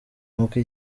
nk’uko